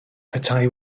petai